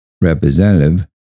representative